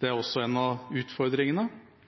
det er også en av utfordringene